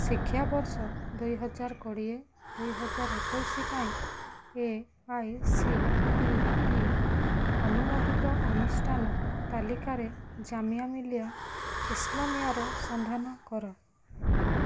ଶିକ୍ଷାବର୍ଷ ଦୁଇହଜାର କୋଡ଼ିଏ ଦୁଇହଜାର ଏକୋଇଶ ପାଇଁ A I C T E ଅନୁମୋଦିତ ଅନୁଷ୍ଠାନ ତାଲିକାରେ ଜାମିଆ ମିଲିଆ ଇସ୍ଲାମିଆର ସନ୍ଧାନ କର